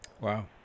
Wow